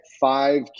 five